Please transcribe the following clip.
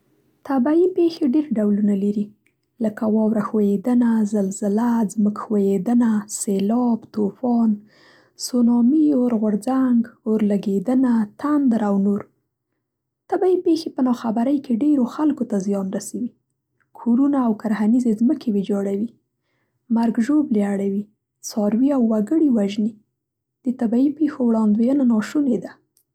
طبیعي پېښې ډېر ډولونه لري، لکه واوره ښویېدنه، زلزله، ځمکښویېدنه، سېلاب، طوفان، سونامي، اورغورځنګ، اورلګېدنه، تندر او نور. طبیعي پېښې په نا خبرۍ کې ډېرو خلکو ته زیان رسوي. کورونه او کرهنیزې ځمکې ویجاړوي. مرګ ژوبلې اړوي. څاروي او وګړي وژني. د طبیعي پېښو وړاندوېینه ناشونې ده.